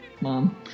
Mom